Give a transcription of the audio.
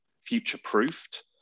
future-proofed